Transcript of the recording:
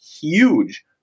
huge